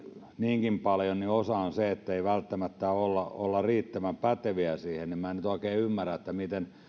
niinkin paljon on osaksi se ettei välttämättä olla olla riittävän päteviä siihen joten en nyt oikein ymmärrä miten